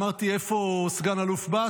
אמרתי: איפה סגן אלוף בהט?